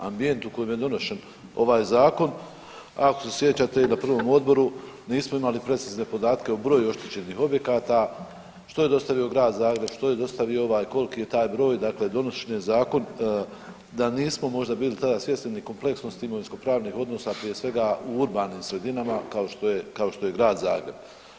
Ambijent u kojem je donošen ovaj Zakon, ako se sjećate, na prvom Odboru nismo imali precizne podatke o broju oštećenih objekata, što je dostavio Grad Zagreb, što je dostavio ovaj, koliki je taj broj, dakle, donošen je Zakon da nismo možda tada bili svjesni ni kompleksnosti imovinsko-pravnih odnosa, prije svega u urbanim sredinama, kao što je Grad Zagreb.